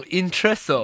interest